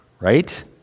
Right